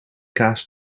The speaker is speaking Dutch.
kaas